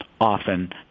often